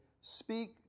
speak